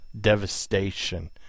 devastation